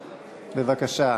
בבקשה.